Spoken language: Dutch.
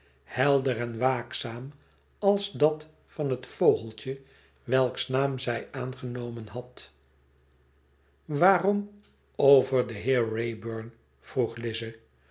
helder en waakzaam als dat van het vogeltje welks naam i zij aangenomen had waarom over den heer